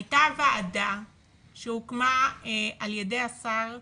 הייתה ועדה שהוקמה על ידי השר הקודם,